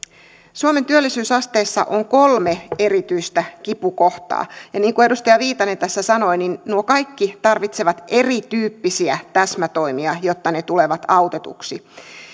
suomen työllisyysasteissa on kolme erityistä kipukohtaa ja niin kuin edustaja viitanen tässä sanoi nuo kaikki tarvitsevat erityyppisiä täsmätoimia jotta ne tulevat autetuiksi